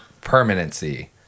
permanency